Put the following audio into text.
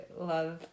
love